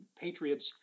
patriots